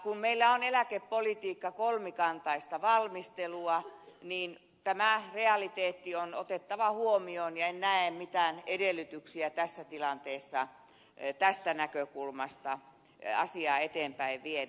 kun meillä on eläkepolitiikka kolmikantaista valmistelua niin tämä realiteetti on otettava huomioon ja en näe mitään edellytyksiä tässä tilanteessa tästä näkökulmasta asiaa eteenpäin viedä